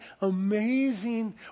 amazing